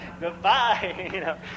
Goodbye